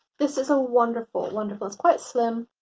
this is a wonderful, wonderful, it's quite slim.